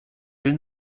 will